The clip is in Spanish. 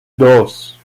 dos